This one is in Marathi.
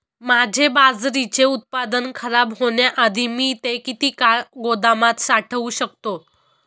माझे बाजरीचे उत्पादन खराब होण्याआधी मी ते किती काळ गोदामात साठवू शकतो?